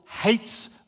hates